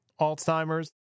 Alzheimer's